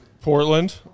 Portland